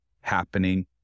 happening